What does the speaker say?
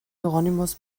hieronymus